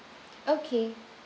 okay